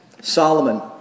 Solomon